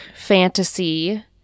fantasy